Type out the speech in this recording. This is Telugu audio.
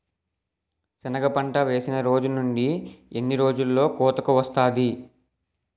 సెనగ పంట వేసిన రోజు నుండి ఎన్ని రోజుల్లో కోతకు వస్తాది?